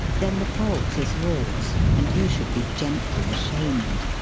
then the fault is yours, and you should be gently ashamed.